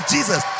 Jesus